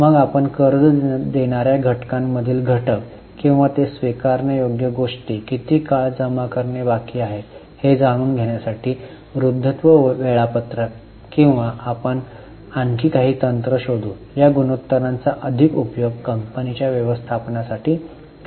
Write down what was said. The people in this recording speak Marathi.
मग आपण कर्ज देणा या घटकांमधील घटक किंवा ते स्वीकारण्यायोग्य गोष्टी किती काळ जमा करणे बाकी आहे हे जाणून घेण्यासाठी वृद्धत्व वेळापत्रक किंवा आणखी काही तंत्र शोधू या गुणोत्तरांचा अधिक उपयोग कंपनीच्या व्यवस्थापनासाठी केला जातो